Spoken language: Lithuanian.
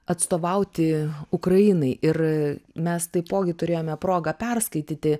atstovauti ukrainai ir mes taipogi turėjome progą perskaityti